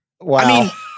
Wow